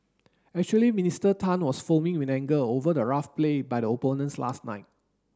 actually Minister Tan was foaming with anger over the rough play by the opponents last night